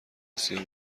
آسیا